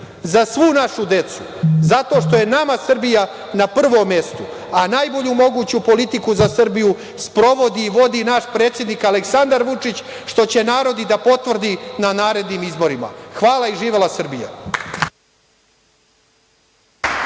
za svu našu decu, zato što je nama Srbija na prvom mestu. Najbolju moguću politiku za Srbiju sprovodi i vodi naš predsednik Aleksandar Vučić, što će narod i da potvrdi na narednim izborima. Hvala i živela Srbija.